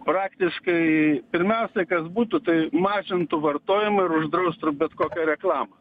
praktiškai pirmiausia kas būtų tai mažintų vartojimą ir uždraustų bet kokią reklamą